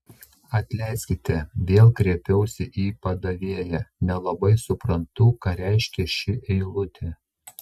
atleiskite vėl kreipiausi į padavėją nelabai suprantu ką reiškia ši eilutė